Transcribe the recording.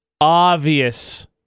obvious